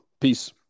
Peace